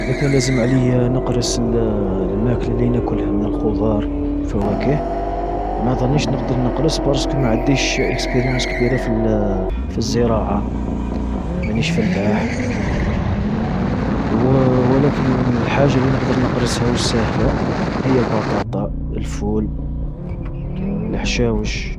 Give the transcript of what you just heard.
إذا كان لازم عليا نقرس الماكلة اللي ناكلها من الخضار و الفواكه، ما ظنيتش نقدر نقرس برسك ما عديش إكسبيريونس كبيرة في في الزراعة. مانيش فلاح، و ولكن الحاجة اللي نقدر نقرسها و الساهلة، هي البطاطا، الفول، الحشاوش،